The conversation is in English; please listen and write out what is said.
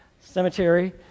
Cemetery